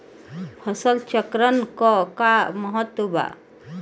फसल चक्रण क का महत्त्व बा?